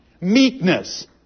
Meekness